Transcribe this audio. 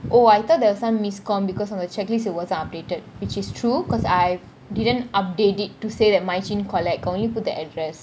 oh I thought there was some miscom~ because on the checklist it wasn't updated which is true because I didn't update it to say that maichin collect got only put the address